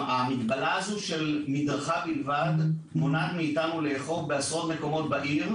המגבלה של מדרכה בלבד מונעת מאתנו לאכוף בעשרות מקומות בעיר,